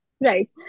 Right